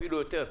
אפילו יותר,